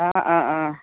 অ অ অ